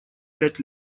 пять